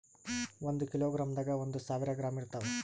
ಒಂದ್ ಕಿಲೋಗ್ರಾಂದಾಗ ಒಂದು ಸಾವಿರ ಗ್ರಾಂ ಇರತಾವ